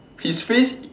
his face